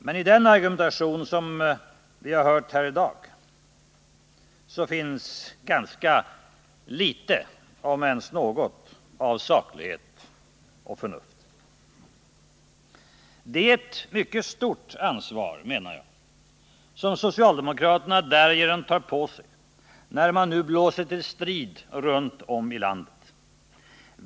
Men i den argumentation som vi har hört här i dag finns mycket litet, om ens något, av saklighet och förnuft. Det är ett mycket stort ansvar socialdemokraterna tar på sig när de nu blåser till strid runt om i landet.